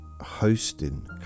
hosting